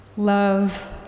Love